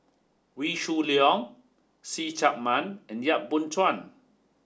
Wee Shoo Leong See Chak Mun and Yap Boon Chuan